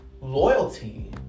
loyalty